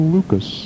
Lucas